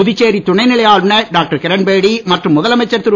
புதுச்சேரி துணை நிலை ஆளுநர் டாக்டர் கிரண்பேடி மற்றும் முதலமைச்சர் திரு